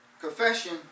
confession